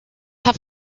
have